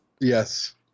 Yes